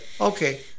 okay